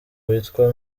witwa